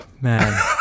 Man